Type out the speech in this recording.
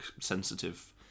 sensitive